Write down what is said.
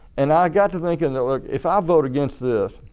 and i got to thinking that if i vote against this,